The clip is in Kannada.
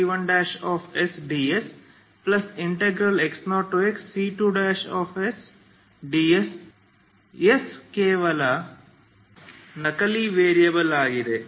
ನೀವು x0xgdsc x0xc1sdsx0xc2sdss ಕೇವಲ ನಕಲಿ ವೇರಿಯೇಬಲ್ ಆಗಿದೆ